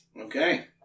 Okay